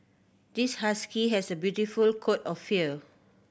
this husky has a beautiful coat of fur